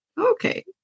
Okay